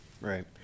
right